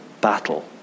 battle